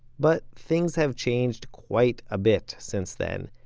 but things have changed quite a bit since then,